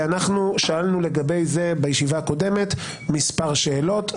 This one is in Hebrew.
אנחנו שאלנו לגבי זה, בישיבה הקודמת, מספר שאלות.